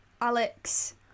Alex